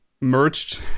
merged